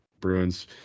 Bruins